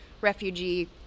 refugee